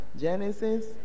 Genesis